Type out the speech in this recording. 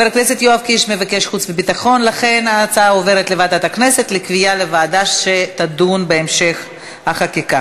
התשע"ה 2015, לוועדה שתקבע ועדת הכנסת נתקבלה.